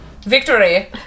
victory